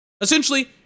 essentially